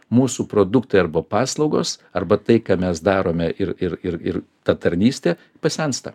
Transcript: mūsų produktai arba paslaugos arba tai ką mes darome ir ir ir ta tarnystė pasensta